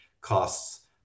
costs